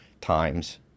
times